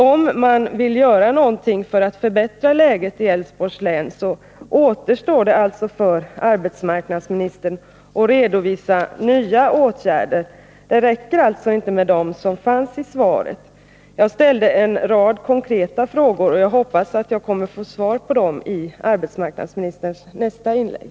Om arbetsmarknadsministern vill förbättra läget i Älvsborgs län återstår alltså för honom att redovisa nya åtgärder — det räcker inte med dem som angavs i svaret. Jag ställde en rad konkreta frågor, och jag hoppas att jag kommer att få svar på dem i arbetsmarknadsministerns nästa inlägg.